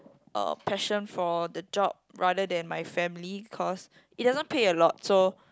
uh passion for the job rather than my family cause it doesn't pay a lot so